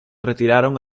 retiraron